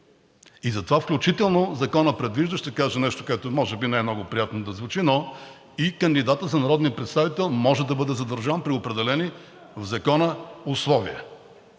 И затова, включително Законът предвижда – ще кажа нещо, което може би не е много приятно да звучи, но и кандидатът за народен представител може да бъде задържан при определени в Закона условия.